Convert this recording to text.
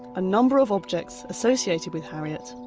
a number of objects associated with harriet,